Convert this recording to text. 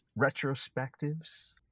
retrospectives